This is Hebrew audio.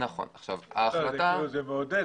זה מעודד.